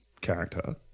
character